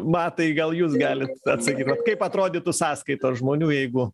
matai gal jūs galit atsakyt vat kaip atrodytų sąskaita žmonių jeigu